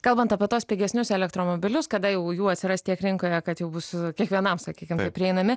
kalbant apie tuos pigesnius elektromobilius kada jau jų atsiras tiek rinkoje kad jau bus kiekvienam sakykime prieinami